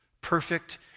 perfect